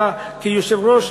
אתה כיושב-ראש,